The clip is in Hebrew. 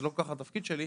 זה לא בדיוק התפקיד שלי.